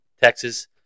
Texas